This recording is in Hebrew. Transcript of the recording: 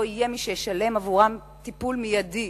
לא יהיה מי שישלם עבורם טיפול מיידי,